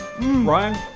Ryan